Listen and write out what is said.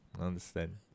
Understand